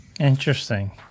Interesting